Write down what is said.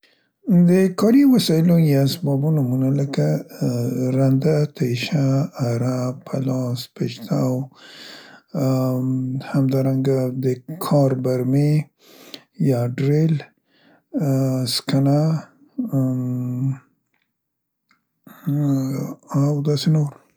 د کاري وسیلو یا اسبابو نومونه لکه رنده، تیشه اره، پلاس، پیچتو، اام، همدارنګه د کار برمې یا ډریل، سکنه ا، ام، ا ا، او داسې نور.